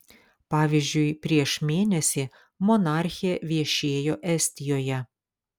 pavyzdžiui prieš mėnesį monarchė viešėjo estijoje